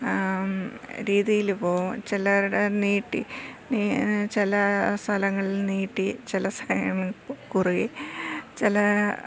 രീതിയിൽ പോവും ചിലരുടെ നീട്ടി ചില സ്ഥലങ്ങളിൽ നീട്ടി ചില കുറുകി ചില